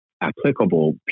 applicable